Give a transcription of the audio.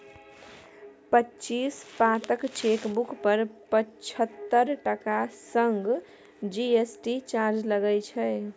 पच्चीस पातक चेकबुक पर पचहत्तर टका संग जी.एस.टी चार्ज लागय छै